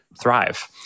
thrive